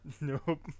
Nope